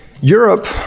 Europe